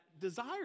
desire